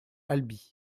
albi